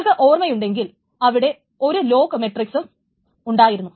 നിങ്ങൾക്ക് ഓർമയുണ്ടെങ്കിൽ അവിടെ ഒരു ലോക്ക് മെട്രിക്സ് ഉം ഉണ്ടായിരുന്നു